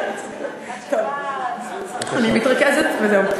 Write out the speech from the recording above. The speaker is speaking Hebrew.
עד שבאה, טוב, אני מתרכזת וזהו.